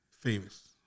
famous